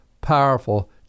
powerful